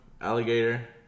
alligator